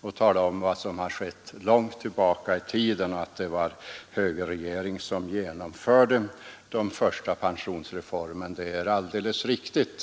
och talade om vad som hade hänt för länge sedan. Han sade att det var en högerregering som genomförde den första pensionsreformen. Det är alldeles riktigt.